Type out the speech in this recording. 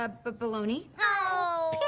ah but bologna. oh!